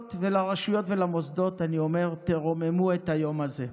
לקהילות ולרשויות ולמוסדות אני אומר: תרוממו את היום הזה.